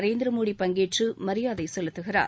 நரேந்திர மோதி பங்கேற்று மரியாதை செலுத்துகிறார்